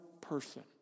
person